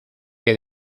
que